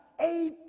eight